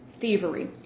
thievery